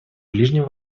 ближнем